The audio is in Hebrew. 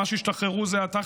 ממש השתחררו זה עתה,